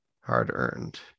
hard-earned